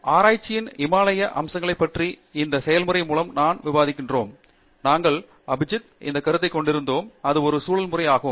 ஆராய்ச்சியின் இமாலய அம்சங்களைப் பற்றி இந்த செயல்முறை மூலம் நாங்கள் விவாதித்தோம் நாங்கள் அபிஜித் இந்த கருத்தைக் கொண்டிருந்தோம் அது ஒரு சுழல் செயல்முறை ஆகும்